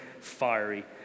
fiery